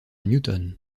newton